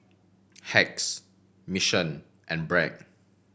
Hacks Mission and Bragg